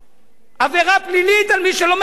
עבירה פלילית על מי שלומד תורה.